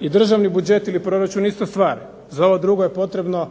i državni budžet ili proračun ista stvar. Za ovo drugo je potrebno